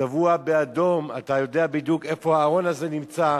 צבוע באדום, אתה יודע בדיוק איפה הארון הזה נמצא.